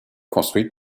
construites